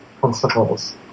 principles